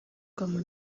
bikorerwa